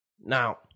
Now